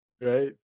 Right